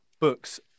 books